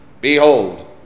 Behold